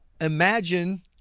imagine